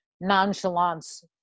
nonchalance